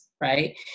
right